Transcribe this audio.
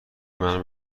منو